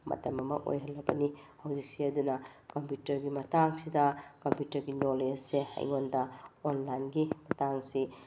ꯃꯇꯝ ꯑꯃ ꯑꯣꯏꯍꯜꯂꯕꯅꯤ ꯍꯧꯖꯤꯛꯁꯦ ꯑꯗꯨꯅ ꯀꯝꯄ꯭ꯌꯨꯇ꯭ꯔꯒꯤ ꯃꯇꯥꯡꯁꯤꯗ ꯀꯝꯄ꯭ꯌꯨꯇ꯭ꯔꯒꯤ ꯅꯣꯂꯦꯖꯁꯦ ꯑꯩꯉꯣꯟꯗ ꯑꯣꯟꯂꯥꯏꯟꯒꯤ ꯃꯇꯥꯡꯁꯤ